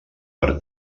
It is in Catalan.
per